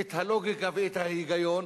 את הלוגיקה, את ההיגיון,